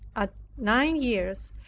at nine years,